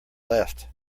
left